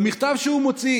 במכתב שהוא מוציא